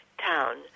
town